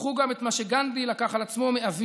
קחו גם את מה שגנדי לקח על עצמו מאביו,